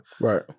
Right